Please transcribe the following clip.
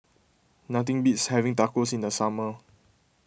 nothing beats having Tacos in the summer